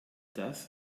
das